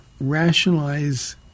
Rationalize